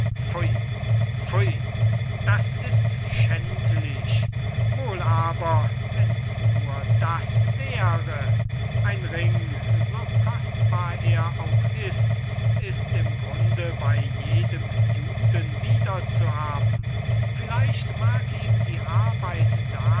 das ist schändlich wohl aber wenn's nur das wäre ein ring so kostbar er auch ist ist im grunde bey jedem juden wieder zu haben vielleicht mag ihm die arbeit daran